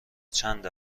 چند